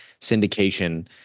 syndication